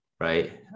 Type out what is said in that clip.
Right